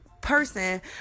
person